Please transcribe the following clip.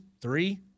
three